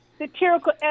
satirical